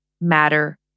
matter